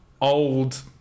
old